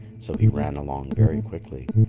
so he ran along very quickly,